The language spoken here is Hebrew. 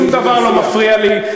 שום דבר לא מפריע לי.